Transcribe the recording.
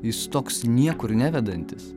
jis toks niekur nevedantis